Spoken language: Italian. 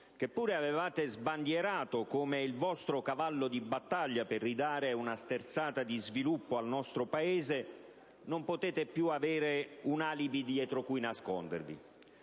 che pure avevate sbandierato come il vostro cavallo di battaglia per dare una sterzata di sviluppo al nostro Paese, non potete più avere un alibi dietro cui nascondervi: